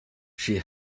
she